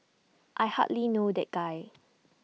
I hardly know that guy